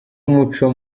umuco